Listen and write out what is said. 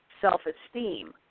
self-esteem